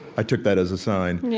i took that as a sign.